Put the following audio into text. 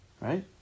Right